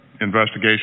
investigation